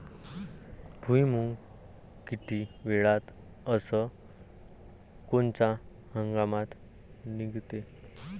भुईमुंग किती वेळात अस कोनच्या हंगामात निगते?